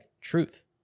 truth